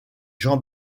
jean